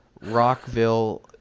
Rockville